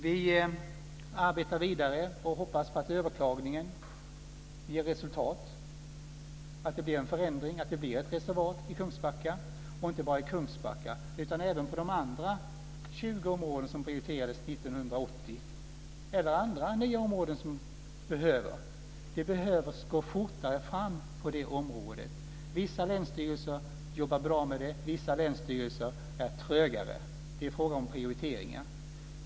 Vi arbetar vidare och hoppas att överklagningen ger resultat, så att det blir en förändring, att det blir ett reservat i Kungsbacka, och inte bara i Kungsbacka utan även på de andra 20 områden som prioriterades 1980 eller på andra områden som behöver det. Man behöver gå fortare fram på detta område. Vissa länsstyrelser jobbar bra med det. Vissa länsstyrelser är trögare. Det är en fråga om prioriteringar.